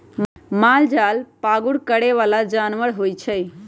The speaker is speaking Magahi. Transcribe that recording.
मालजाल पागुर करे बला जानवर होइ छइ